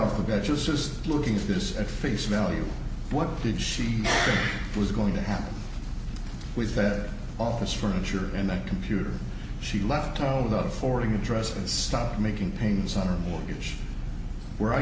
e off the guy just looking at this at face value what did she was going to happen with that office furniture and that computer she left town without a forwarding address and stop making payments on her mortgage where i